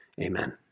amen